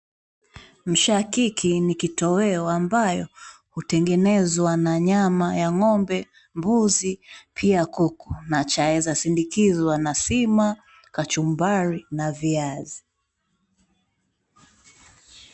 Mshakiki ni kitoweo ambayo hutengenezwa na nyama ya ng'ombe, mbuzi pia kuku na chaweza sindinizwa na sima, kachumbari na viazi.